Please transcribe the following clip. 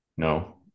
No